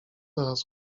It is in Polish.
oraz